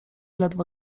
ledwo